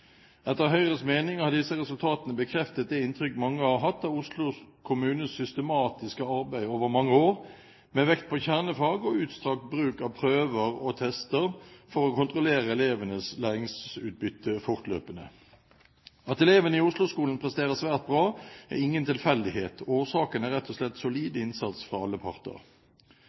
Etter Høyres mening har disse resultatene bekreftet det inntrykk mange har hatt av Oslo kommunes systematiske arbeid over mange år, med vekt på kjernefag og utstrakt bruk av prøver og tester for å kontrollere elevenes læringsutbytte fortløpende. At elevene i Oslo-skolen presterer svært bra, er ingen tilfeldighet. Årsaken er rett og slett solid innsats fra alle parter.